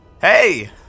Hey